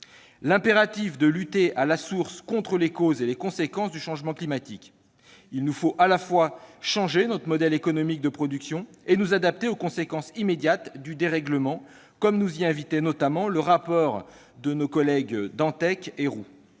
l'impératif de lutter à la source contre les causes et les conséquences du changement climatique. Il nous faut, à la fois, changer notre modèle économique de production et nous adapter aux conséquences immédiates du dérèglement, comme nous y invitait notamment le rapport de nos collègues Ronan Dantec et